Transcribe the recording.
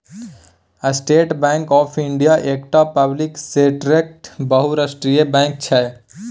state Bank of India एकटा public सेक्टरक बहुराष्ट्रीय बैंक छै